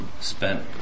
spent